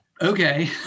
Okay